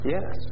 Yes